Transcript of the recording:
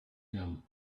him